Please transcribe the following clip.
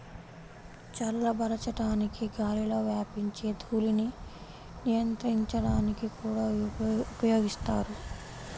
చల్లబరచడానికి గాలిలో వ్యాపించే ధూళిని నియంత్రించడానికి కూడా ఉపయోగిస్తారు